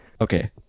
Okay